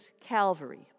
Calvary